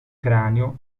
cranio